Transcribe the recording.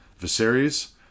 Viserys